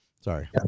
Sorry